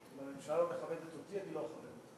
הממשלה לא מכבדת אותי, אני לא מכבד אותה.